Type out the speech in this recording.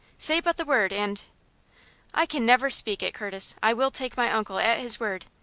say but the word, and i can never speak it, curtis! i will take my uncle at his word.